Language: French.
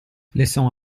laissons